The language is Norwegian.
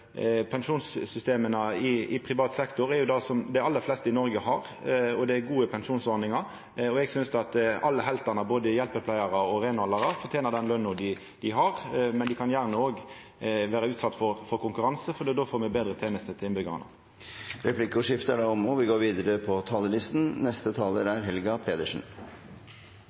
pensjonssystema i privat sektor er det dei aller fleste i Noreg har, og det er gode pensjonsordningar. Eg synest at alle heltane, både hjelpepleiarar og reinhaldarar, fortener den løna dei har, men dei kan gjerne òg vera utsette for konkurranse, for då får me betre tenester til innbyggjarane. Replikkordskiftet er omme. Arbeiderpartiet har høye ambisjoner for framtidens velferdssamfunn. Vi vil at flere skal være i jobb. Vi vil at flere som ønsker det, skal få barnehageplass. Vi mener det er